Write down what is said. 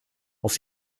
auf